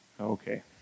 okay